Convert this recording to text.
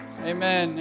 Amen